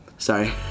Sorry